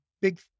big